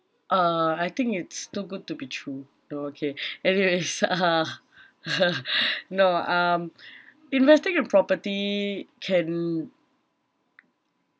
uh I think it's too good to be true okay anyways uh no um investing in property can